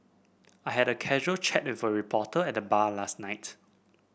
I had a casual chat with a reporter at the bar last night